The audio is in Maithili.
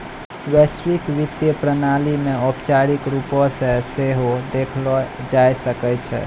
वैश्विक वित्तीय प्रणाली के औपचारिक रुपो से सेहो देखलो जाय सकै छै